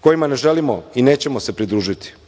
kojima ne želimo i nećemo se pridružiti. Nema